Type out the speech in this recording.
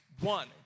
One